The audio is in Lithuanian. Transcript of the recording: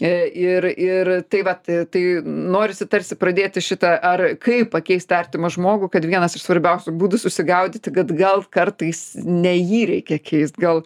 ir ir tai vat tai norisi tarsi pradėti šitą ar kaip pakeisti artimą žmogų kad vienas iš svarbiausių būdų susigaudyti kad gal kartais ne jį reikia keist gal